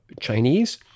Chinese